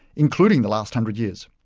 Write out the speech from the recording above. including the last hundred years.